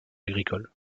agricoles